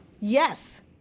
Yes